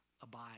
Abide